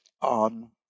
on